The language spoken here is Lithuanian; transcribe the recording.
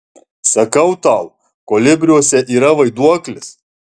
sakau tau kolibriuose yra vaiduoklis